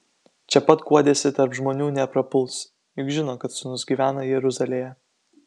čia pat guodėsi tarp žmonių neprapuls juk žino kad sūnus gyvena jeruzalėje